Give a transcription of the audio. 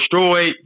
destroyed